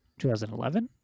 2011